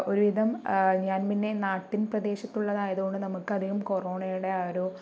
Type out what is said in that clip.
ഒരുവിധം ഞാൻ പിന്നെ നാട്ടിൻ പ്രദേശത്ത് ഉള്ളത് ആയതുകൊണ്ട് നമുക്ക് അധികം കൊറോണയുടെ ആ ഒരു